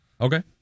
Okay